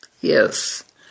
Yes